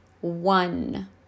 one